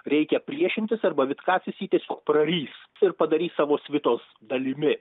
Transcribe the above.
reikia priešintis arba vitkacas jį tiesiog prarys ir padarys savo svitos dalimi